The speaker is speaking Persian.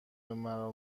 مرا